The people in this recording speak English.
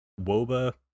WOBA